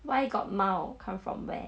why got 猫 come from where